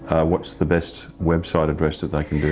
what's the best website address that they can do